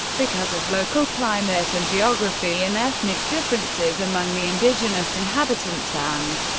because of local climate and geography and ethnic differences among the indigenous inhabitants and,